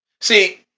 See